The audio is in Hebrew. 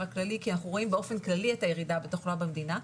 הכללי כי אנחנו רואים באופן כללי את הירידה בתחלואה במדינה,